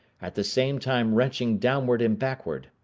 at the same time wrenching downward and backward.